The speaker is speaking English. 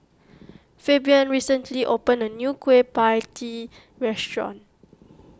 Fabian recently opened a new Kueh Pie Tee restaurant